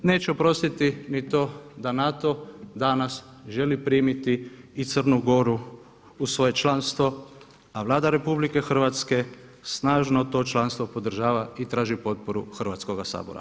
Neće oprostiti ni to da NATO danas želi primiti i Crnu Goru u svoje članstvo, a Vlada RH snažno to članstvo podržava i traži potporu Hrvatskoga sabora.